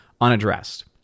unaddressed